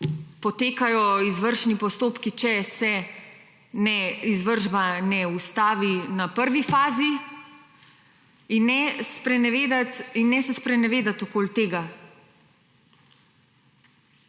potekajo izvršni postopki, če se izvršba ne ustavi na prvi fazi. In ne se sprenevedati okoli tega.